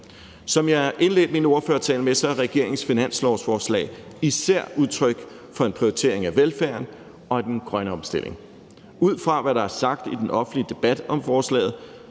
Som jeg indledte min ordførertale med, er regeringens finanslovsforslag især udtryk for en prioritering af velfærden og af den grønne omstilling. Ud fra hvad der er sagt i den offentlige debat om forslaget,